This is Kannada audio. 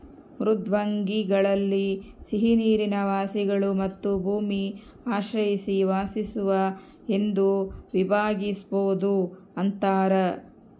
ಮೃದ್ವಂಗ್ವಿಗಳಲ್ಲಿ ಸಿಹಿನೀರಿನ ವಾಸಿಗಳು ಮತ್ತು ಭೂಮಿ ಆಶ್ರಯಿಸಿ ವಾಸಿಸುವ ಎಂದು ವಿಭಾಗಿಸ್ಬೋದು ಅಂತಾರ